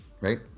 right